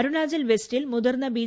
അരുണാചൽ വെസ്റ്റിൽ മുതിർന്ന ബി